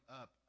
up